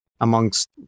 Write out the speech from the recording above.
amongst